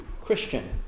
Christian